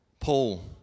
Paul